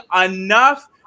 enough